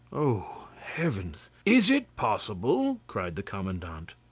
oh! heavens! is it possible? cried the commandant.